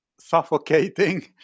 suffocating